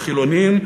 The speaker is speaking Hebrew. לחילונים,